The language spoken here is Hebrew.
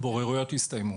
הבוררויות הסתיימו.